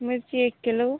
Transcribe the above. मिर्ची एक किलो